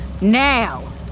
Now